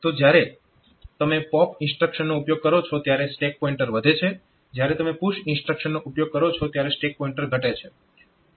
તો જ્યારે તમે પોપ ઈન્સ્ટ્રક્શનનો ઉપયોગ કરો છો ત્યારે સ્ટેક પોઇન્ટર વધે છે જ્યારે તમે પુશ ઈન્સ્ટ્રક્શનનો ઉપયોગ કરો છો ત્યારે સ્ટેક પોઇન્ટર ઘટે છે